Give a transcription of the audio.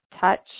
touch